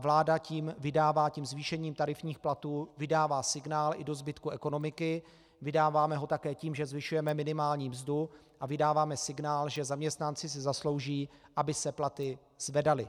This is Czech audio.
Vláda zvýšením tarifních platů vydává signál i do zbytku ekonomiky, vydáváme ho také tím, že zvyšujeme minimální mzdu, a vydáváme signál, že zaměstnanci si zaslouží, aby se platy zvedaly.